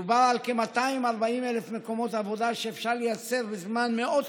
מדובר על כ-240,000 מקומות עבודה שאפשר לייצר בזמן מאוד קצר.